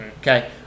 Okay